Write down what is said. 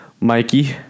mikey